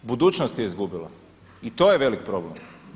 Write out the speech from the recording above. Budućnost je izgubila i to je velik problem.